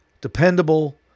dependable